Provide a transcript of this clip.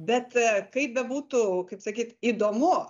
bet kaip bebūtų kaip sakyt įdomu